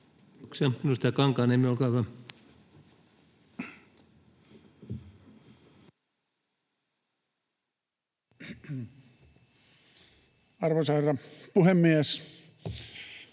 Arvoisa herra puhemies!